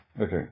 Okay